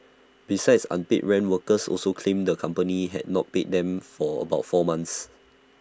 besides unpaid rent workers also claimed the company had not paid them for about four months